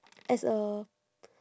as a